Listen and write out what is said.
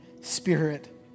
Spirit